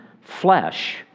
flesh